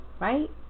Right